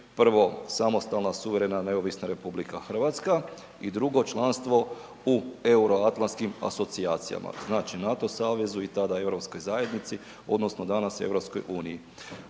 prvo samostalna suverena neovisna RH i drugo članstvo u Euroatlantskim asocijacijama. Znači NATO savezu i tada Europskoj zajednici, odnosno danas EU. Danas mnogi